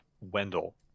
Wendell